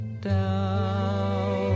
down